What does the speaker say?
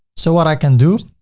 so what i can do.